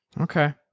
Okay